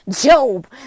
Job